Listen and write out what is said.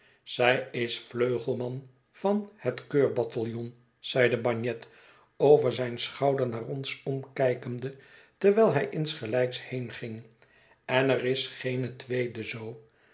zij is vleugelman van het keurbataljon zeide bagnet over zijn schouder naar ons omkijkende terwijl hij insgelijks heenging en er is geene tweede zoo